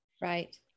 right